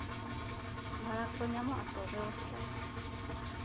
ᱵᱷᱟᱲᱟ ᱠᱚ ᱧᱟᱢᱚᱜ ᱟᱛᱚ ᱵᱮᱵᱚᱥᱛᱷᱟ